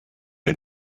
and